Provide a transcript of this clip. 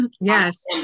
yes